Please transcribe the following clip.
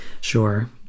Sure